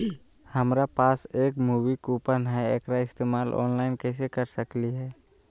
हमरा पास एक मूवी कूपन हई, एकरा इस्तेमाल ऑनलाइन कैसे कर सकली हई?